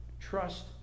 trust